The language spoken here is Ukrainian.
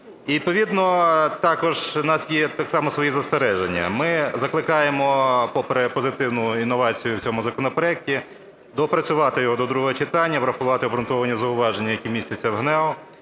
І відповідно також у нас є так само свої застереження. Ми закликаємо, попри позитивну інновацію в цьому законопроекті, доопрацювати його до другого читання, врахувати обґрунтовані зауваження, які містяться в ГНЕУ,